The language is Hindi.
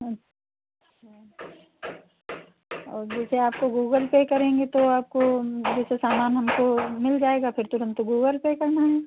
अच्छा और जैसे आपको गूगल पे करेंगे तो आपको जैसे सामान हमको मिल जाएगा फिर तुरन्त गूगल पे करना है